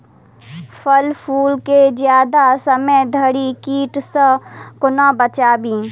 फल फुल केँ जियादा समय धरि कीट सऽ कोना बचाबी?